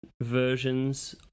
versions